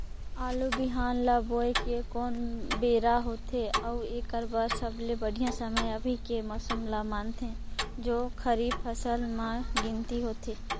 आलू बिहान ल बोये के कोन बेरा होथे अउ एकर बर सबले बढ़िया समय अभी के मौसम ल मानथें जो खरीफ फसल म गिनती होथै?